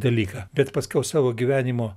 dalyką bet paskiau savo gyvenimo